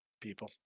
people